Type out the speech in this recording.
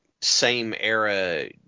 same-era